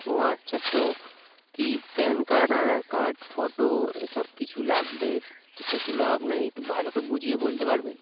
ও আচ্ছা তো কি PAN card Aadhaar card photo এসব কিছু লাগবে তো সেগুলো আপনাকে একটু ভালো করে বুঝিয়ে বলতে পারবেন